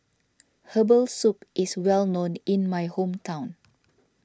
Herbal Soup is well known in my hometown